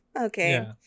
Okay